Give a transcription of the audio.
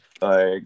Like-